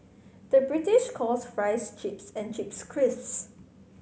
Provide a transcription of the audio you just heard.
the British calls fries chips and chips crisps